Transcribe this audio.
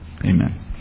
Amen